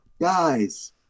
guys